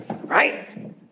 right